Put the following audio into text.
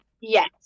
Yes